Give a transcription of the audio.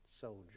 soldier